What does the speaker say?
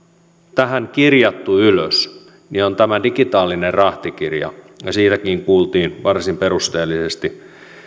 tähän kirjattu ylös on tämä digitaalinen rahtikirja siitäkin kuultiin varsin perusteellisesti